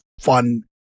fun